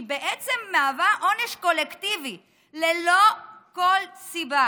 שהיא בעצם עונש קולקטיבי ללא כל סיבה,